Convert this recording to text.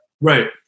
right